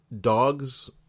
dogs